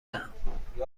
دهم